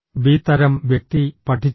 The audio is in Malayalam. ബി തരം വ്യക്തി പഠിച്ചു